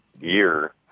year